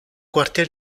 quartier